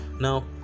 now